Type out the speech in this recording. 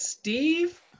Steve